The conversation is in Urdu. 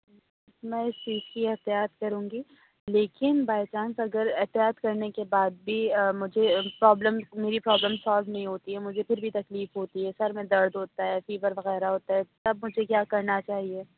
میں اِس چیز کی احتیاط کروں گی لیکن بائی چانس اگر احتیاط کرنے کے بعد بھی مجھے پرابلم میری پرابلم سولو نہیں ہوتی ہے مجھے پھر بھی تکلیف ہوتی ہے سر میں درد ہوتا ہے فیور وغیرہ ہوتا ہے تب مجھے کیا کرنا چاہیے